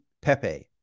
pepe